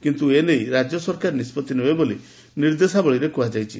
କିନ୍ତୁ ଏନେଇ ରାଜ୍ୟ ସରକାର ନିଷ୍ବତ୍ତି ନେବେ ବୋଲି ନିର୍ଦ୍ଦେଶାବଳୀରେ କୁହାଯାଇଛି